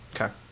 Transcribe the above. Okay